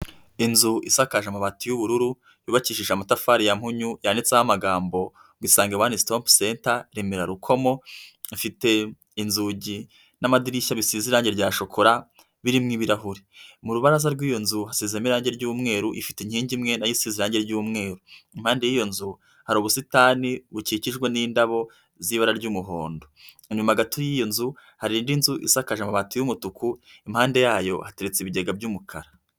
Inzu isakaje amabati y'ubururu yubakishije amatafari ya m munyu yanditseho amagambo Isange one stop center Remera-Rukomo, ifite inzugi n'amadirishya bisize irangi rya shokora birimo ibirahuri, mu rubaraza rw'iyo nzu hasizemo irangi ry'umweru, ifite inkingi imwe nayo isize irange ry'umweru. Impande y'iyo nzu hari ubusitani bukikijwe n'indabo z'ibara ry'umuhondo. Inyuma gato y'iyo nzu hari indi nzu isakaje amabati y'umutuku, impande yayo hateretse ibigega by'umukara.